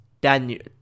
Daniel